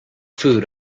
food